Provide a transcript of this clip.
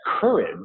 courage